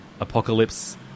apocalypse